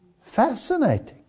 Fascinating